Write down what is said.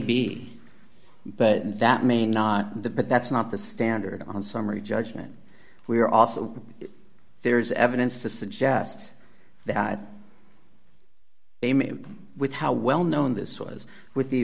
be but that may not the but that's not the standard on summary judgment we are also there is evidence to suggest that they may have with how well known this was with the